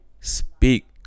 speak